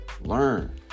learn